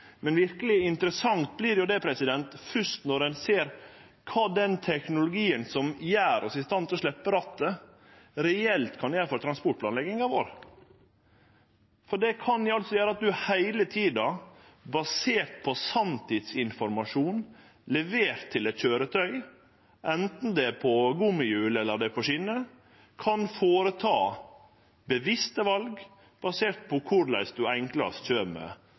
Men verkeleg interessant vert det først når ein ser kva den teknologien som gjer oss i stand til å sleppe rattet, reelt kan gjere for transportplanlegginga vår. Det kan altså gjere at ein heile tida, basert på sanntidsinformasjon levert til eit køyretøy – anten det går på gummihjul, eller det går på skjener – kan gjere bevisste val, baserte på korleis ein enklast kjem